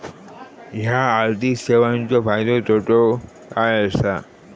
हया आर्थिक सेवेंचो फायदो तोटो काय आसा?